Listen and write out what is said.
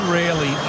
rarely